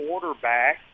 quarterback